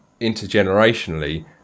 intergenerationally